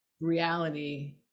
reality